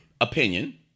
opinion